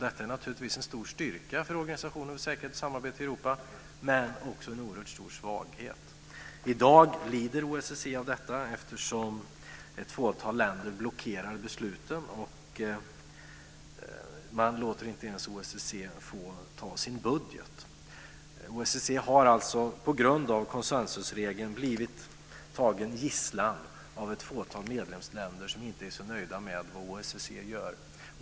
Detta är naturligtvis en stor styrka för Organisationen för säkerhet och samarbete i Europa, men också en oerhört stor svaghet. I dag lider OSSE av detta, eftersom ett fåtal länder blockerar besluten. Man låter inte ens OSSE få ta sin budget. OSSE har alltså på grund av konsensusregeln blivit tagen gisslan av ett fåtal medlemsländer som inte är så nöjda med vad OSSE gör.